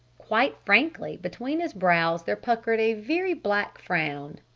quite frankly between his brows there puckered a very black frown.